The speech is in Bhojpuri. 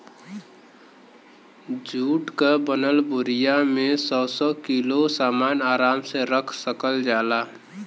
जुट क बनल बोरिया में सौ सौ किलो सामन आराम से रख सकल जाला